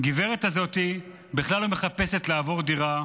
שהגברת הזאת בכלל לא מחפשת לעבור דירה,